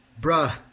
bruh